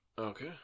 Okay